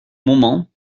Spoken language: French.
moment